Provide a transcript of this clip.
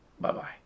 Bye-bye